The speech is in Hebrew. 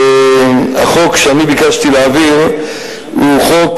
החוק שביקשתי להעביר הוא חוק